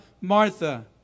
Martha